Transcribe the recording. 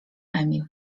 emil